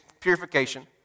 purification